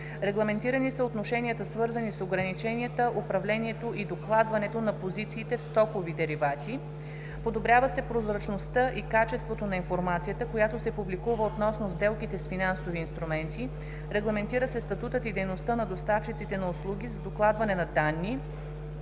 Регламентирани са отношенията, свързани с ограниченията, управлението и докладването на позициите в стокови деривати; - Подобрява се прозрачността и качеството на информацията, която се публикува относно сделките с финансови инструменти. Регламентира се статутът и дейността на доставчиците на услуги за докладване на данни